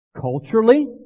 Culturally